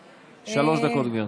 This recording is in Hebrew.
שלוש דקות, גברתי.